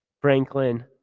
Franklin